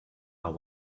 are